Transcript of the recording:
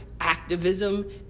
activism